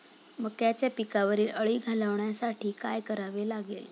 मक्याच्या पिकावरील अळी घालवण्यासाठी काय करावे लागेल?